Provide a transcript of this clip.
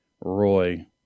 Roy